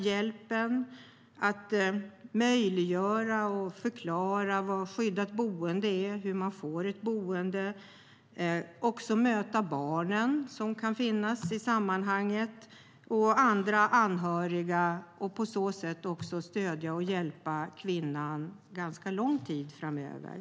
Kuratorn kan möjliggöra och förklara vad skyddat boende är och hur man får ett boende. Kuratorn kan också möta de barn som kan finnas och andra anhöriga. På så sätt kan kuratorn stödja och hjälpa kvinnan under lång tid framöver.